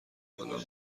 بالا